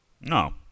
No